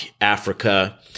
Africa